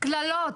קללות,